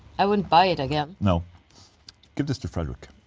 i wouldn't buy it again, no give this to fredrik,